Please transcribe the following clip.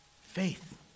faith